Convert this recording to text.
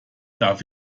darf